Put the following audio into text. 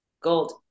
Gold